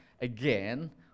again